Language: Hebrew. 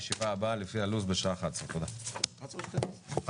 הישיבה ננעלה בשעה 10:15.